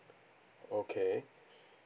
okay